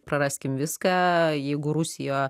praraskim viską jeigu rusija